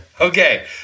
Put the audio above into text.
Okay